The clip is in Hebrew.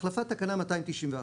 החלפת תקנה 291